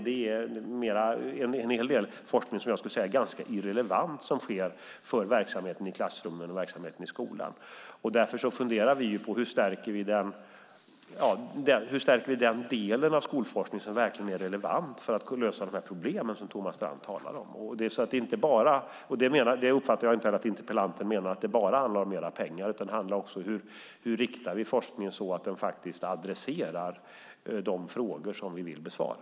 Det är en hel del forskning som jag skulle säga är ganska irrelevant för verksamheten i klassrummen och verksamheten i skolan. Därför funderar vi på hur vi kan stärka den del av skolforskningen som verkligen är relevant för att lösa de problem som Thomas Strand talar om. Det handlar inte bara om mer pengar - jag uppfattar det inte heller som att interpellanten menar det. Det handlar också om hur vi riktar forskningen så att den faktiskt adresserar de frågor som vi vill besvara.